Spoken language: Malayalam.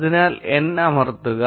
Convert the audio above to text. അതിനാൽ n അമർത്തുക